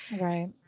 Right